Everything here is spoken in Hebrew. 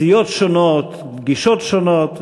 סיעות שונות, גישות שונות.